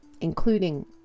including